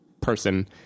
person